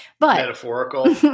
Metaphorical